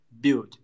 build